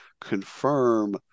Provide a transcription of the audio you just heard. confirm